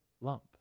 lump